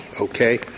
okay